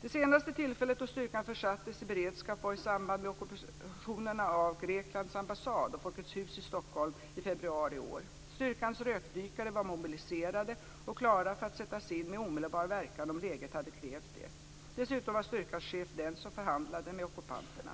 Det senaste tillfället då styrkan försattes i beredskap var i samband med ockupationerna av Greklands ambassad och Folkets Hus i Stockholm i februari i år. Styrkans rökdykare var mobiliserade och klara för att sättas in med omedelbar verkan om läget hade krävt det. Dessutom var styrkans chef den som förhandlade med ockupanterna.